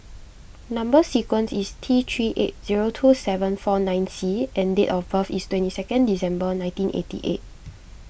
Number Sequence is T three eight zero two seven four nine C and date of birth is twenty second December nineteen eighty eight